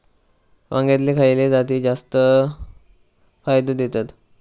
वांग्यातले खयले जाती जास्त फायदो देतत?